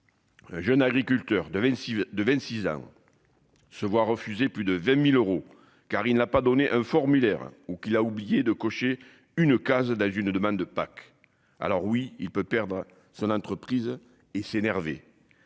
Jeune agriculteur de 26 de 26 ans. Se voit refuser plus de 20.000 euros car il n'a pas donné un formulaire ou qu'il a oublié de cocher une case dans une demande de Pâques. Alors oui il peut perdre son entreprise et s'énerver.